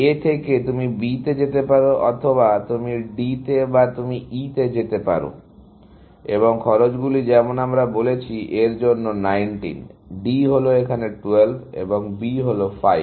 A থেকে তুমি B তে যেতে পারো অথবা তুমি D তে বা তুমি E তে যেতে পারো এবং খরচগুলি যেমন আমরা বলেছি এর জন্য 19 D হল এখানে 12 এবং B হল 5